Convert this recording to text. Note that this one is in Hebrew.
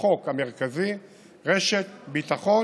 בחוק המרכזי רשת ביטחון,